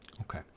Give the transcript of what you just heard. Okay